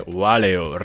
valeo